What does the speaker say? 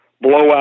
blowout